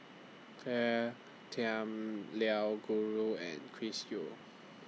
Claire Tham Liao Gru and Chris Yeo